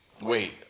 wait